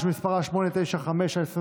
אני קובע כי הצעת החוק התקבלה ותחזור